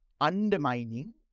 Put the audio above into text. undermining